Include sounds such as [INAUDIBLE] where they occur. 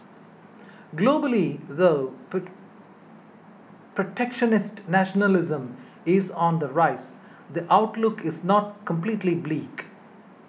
globally though [UNINTELLIGIBLE] protectionist nationalism is on the rise the outlook is not completely bleak